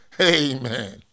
Amen